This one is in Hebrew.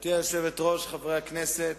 גברתי היושבת-ראש, חברי הכנסת,